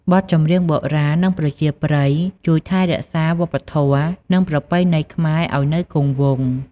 បទចម្រៀងបុរាណ និងប្រជាប្រិយជួយថែរក្សាវប្បធម៌ និងប្រពៃណីខ្មែរឱ្យនៅគង់វង្ស។